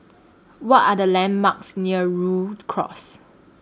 What Are The landmarks near Rhu Cross